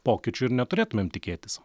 pokyčių ir neturėtumėm tikėtis